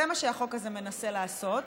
זה מה שהחוק הזה מנסה לעשות.